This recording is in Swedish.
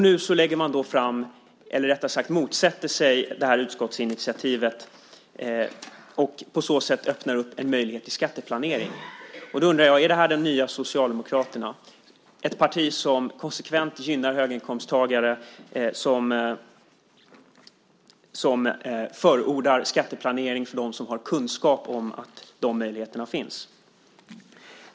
Nu motsätter man sig utskottsinitiativet och öppnar på så sätt en möjlighet till skatteplanering. Jag undrar om det här är de nya Socialdemokraterna - ett parti som konsekvent gynnar höginkomsttagare och som förordar skatteplanering för dem som har kunskap om att de möjligheterna finns.